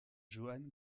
joan